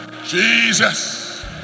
Jesus